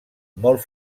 molt